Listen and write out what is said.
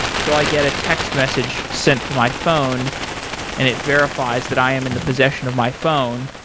so i get a text message sent to my phone and it verifies that i am in the possession of my phone.